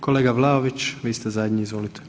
Kolega Vlaović, vi ste zadnji izvolite.